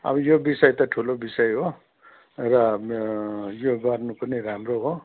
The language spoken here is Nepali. अब यो विषय त ठुलो विषय हो र यो गर्नु पनि राम्रो हो